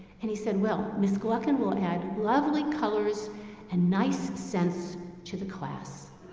and he said, well, miss gluckin will add lovely colors and nice sense to the class.